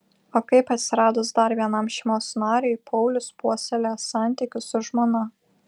o kaip atsiradus dar vienam šeimos nariui paulius puoselėja santykius su žmona